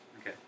Okay